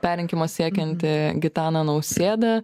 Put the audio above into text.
perrinkimo siekiantį gitaną nausėdą